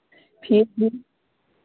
फिर भी